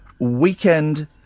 Weekend